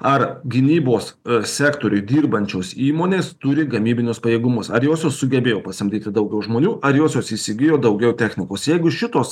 ar gynybos sektoriuj dirbančios įmonės turi gamybinius pajėgumus ar josios sugebėjo pasamdyti daugiau žmonių ar josios įsigijo daugiau technikos jeigu šitos